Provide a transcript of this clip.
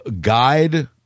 guide